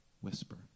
whisper